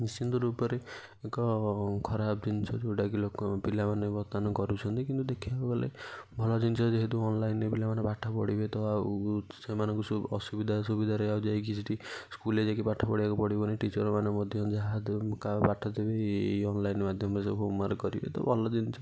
ନିଶ୍ଚିନ୍ତ ରୂପରେ ଏକ ଖରାପ ଜିନିଷ ଯେଉଁଟାକି ଲୋକ ପିଲାମାନେ ବର୍ତ୍ତମାନ କରୁଛନ୍ତି କିନ୍ତୁ ଦେଖିବାକୁ ଗଲେ ଭଲ ଜିନିଷ ଯେହେତୁ ଅନଲାଇନରେ ପିଲାମାନେ ପାଠ ପଢ଼ିବେ ତ ଆଉ ସେମାନଙ୍କୁ ସବୁ ଅସୁବିଧା ସୁବିଧାରେ ଆଉ ଯାଇକି ସେଇଠି ସ୍କୁଲରେ ଯାଇକି ପାଠ ପଢ଼େଇବାକୁ ପଡ଼ିବନି ଟିଚର ମାନେ ମଧ୍ୟ ଯାହା ପାଠ ଥିବ ଏଇ ଅନଲାଇନ ମାଧ୍ୟମରେ ସବୁ ହୋମୱାର୍କ କରିବେ ତ ଭଲ ଜିନିଷ